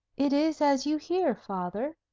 it is as you hear, father,